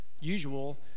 usual